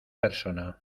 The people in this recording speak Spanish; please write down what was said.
persona